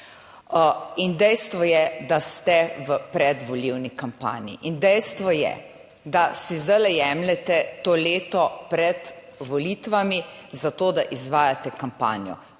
In dejstvo je, da ste v predvolilni kampanji in dejstvo je, da si zdaj jemljete to leto pred volitvami za to, da izvajate kampanjo.